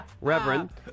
Reverend